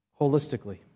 holistically